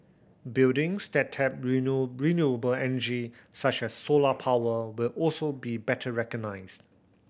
buildings that tap renewable energy such as solar power will also be better recognised